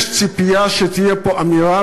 יש ציפייה שתהיה פה אמירה,